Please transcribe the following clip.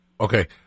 okay